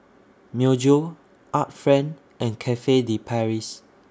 Myojo Art Friend and Cafe De Paris